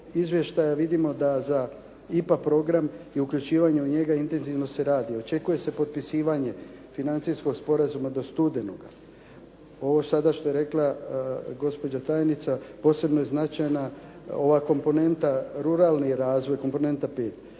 izvještaju vidimo da za IPA program i uključivanju u njega intenzivno se radi, očekuje se potpisivanje financijskog sporazuma do studenoga. Ovo sada što je rekla gospođa tajnica, posebno je značajna ova komponenta ruralni razvoj, komponenta